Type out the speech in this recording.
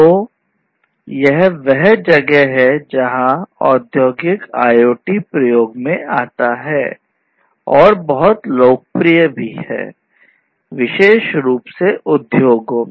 तो यह वह जगह है जहां औद्योगिक IoT प्रयोग में आता है और बहुत लोकप्रिय भी है विशेष रूप से उद्योग में